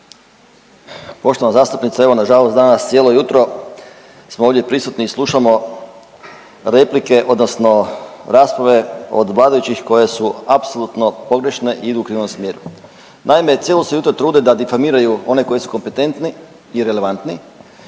Poštovana zastupnice evo na žalost danas cijelo jutro smo ovdje prisutni i slušamo replike odnosno rasprave od vladajućih koje su apsolutno pogrešne i idu u krivom smjeru. Naime cijelo jutro se trude da difamiraju one koji su kompetentni i relevantni